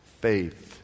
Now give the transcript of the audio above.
faith